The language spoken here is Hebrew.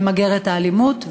למגר את האלימות,